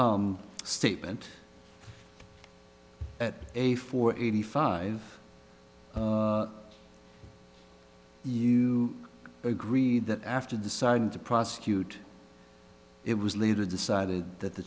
six statement a four eighty five you agreed that after deciding to prosecute it was later decided that the